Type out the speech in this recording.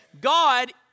God